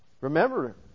Remember